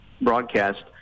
broadcast